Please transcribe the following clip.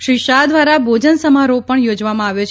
શ્રી શાહ દ્વારા ભોજન સમારોહ પણ યોજવામાં આવ્યો છે